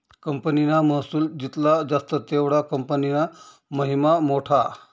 कंपनीना महसुल जित्ला जास्त तेवढा कंपनीना महिमा मोठा